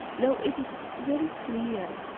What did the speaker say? now it is very clear